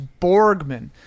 Borgman